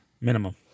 Minimum